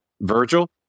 Virgil